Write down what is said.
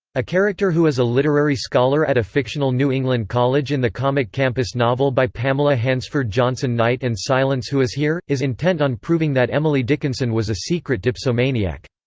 a character who is a literary scholar at a fictional new england college in the comic campus novel by pamela hansford johnson night and silence who is here? is intent on proving that emily dickinson was a secret dipsomaniac.